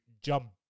jump